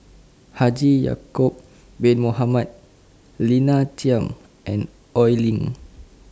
Haji Ya'Acob Bin Mohamed Lina Chiam and Oi Lin